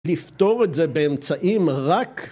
לפתור את זה באמצעים רק